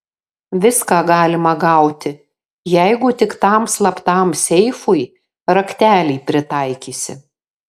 viską galima gauti jeigu tik tam slaptam seifui raktelį pritaikysi